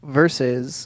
versus